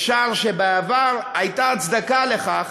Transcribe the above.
אפשר שבעבר הייתה הצדקה לכך